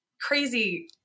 crazy